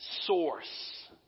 source